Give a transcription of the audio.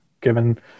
given